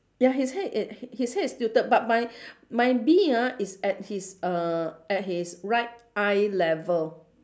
ya his head i~ his head is tilted but my my bee ah is at his uh at his right eye level